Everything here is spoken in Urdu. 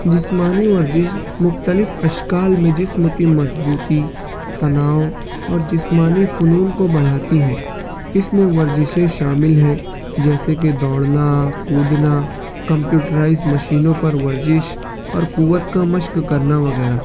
جسمانی ورزش مختلف اشکال میں جسم کی مضبوطی تناؤ اور جسمانی فنون کو بڑھاتی ہے اس میں ورزشیں شامل ہیں جیسے کہ دوڑنا کودنا کمپیوٹرائز مشینوں پر ورزش اور قوت کا مشق کرنا وغیرہ